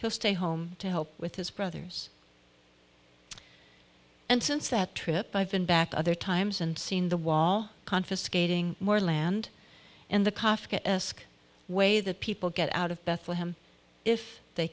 he'll stay home to help with his brothers and since that trip i've been back other times and seen the wall confiscating more land and the kafka esque way that people get out of bethlehem if they